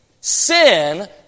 Sin